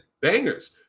bangers